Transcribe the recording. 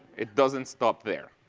it doesn't stop there.